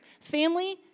family